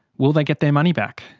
will they get their money back?